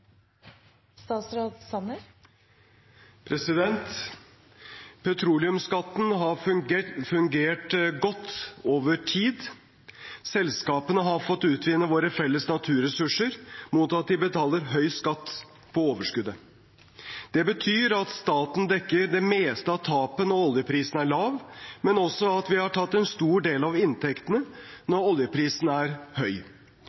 Petroleumsskatten har fungert godt over tid. Selskapene har fått utvinne våre felles naturressurser mot at de betaler høy skatt på overskuddet. Det betyr at staten dekker det meste av tapet når oljeprisen er lav, men også at vi har tatt en stor del av inntektene når oljeprisen er høy.